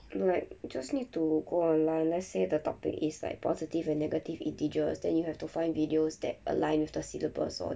like just need to go online let's say the topic is like positive and negative integers then you have to find videos that aligned with the syllabus orh